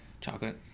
Chocolate